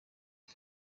bwe